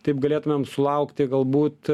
taip galėtumėm sulaukti galbūt